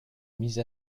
mise